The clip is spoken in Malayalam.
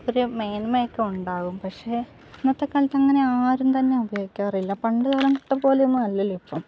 ഒരു മേന്മയൊക്കെ ഉണ്ടാകും പക്ഷേ ഇന്നത്തെ കാലത്ത് അങ്ങനെ ആരും തന്നെ ഉപയോഗിക്കാറില്ല പണ്ടുകാലത്തെ പോലെയൊന്നും അല്ലല്ലോ ഇപ്പം